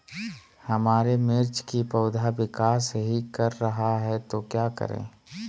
हमारे मिर्च कि पौधा विकास ही कर रहा है तो क्या करे?